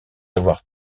avoir